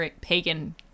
pagan